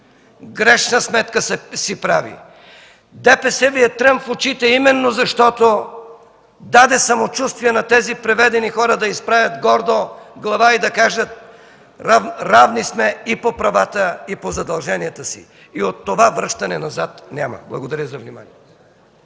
за права и свободи Ви е трън в очите именно защото даде самочувствие на тези приведени хора да изправят гордо глава и да кажат: равни сме и по правата, и по задълженията си, и от това връщане назад няма. Благодаря за вниманието.